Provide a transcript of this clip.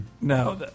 No